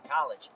college